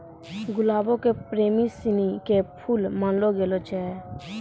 गुलाबो के प्रेमी सिनी के फुल मानलो गेलो छै